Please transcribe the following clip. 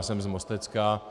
Jsem Mostecka.